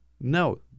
no